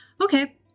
okay